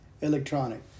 electronic